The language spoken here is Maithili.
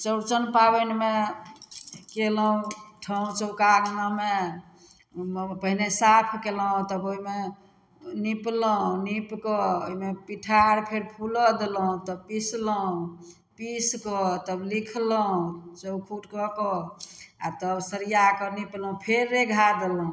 चौरचन पाबनिमे कयलहुँ ठाँउ चौका अँगनामे पहिने साफ कयलहुँ तब ओहिमे निपलहुँ नीप कऽ ओहिमे पीठार फेर फूलऽ देलहुँ तब पीसलहुँ पीस कऽ तब लिखलहुँ चौखूट कऽ कऽ आ तब सरिआ कऽ निपलहुँ फेर रेघा देलहुँ